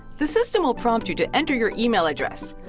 the system will prompt you to enter your email address.